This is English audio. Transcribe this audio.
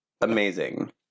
Amazing